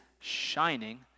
shining